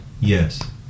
Yes